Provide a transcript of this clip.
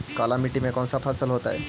काला मिट्टी में कौन से फसल होतै?